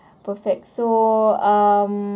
perfect so um